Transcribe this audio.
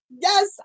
Yes